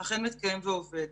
אכן מתקיים ועובד.